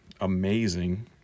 amazing